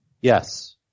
Yes